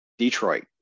Detroit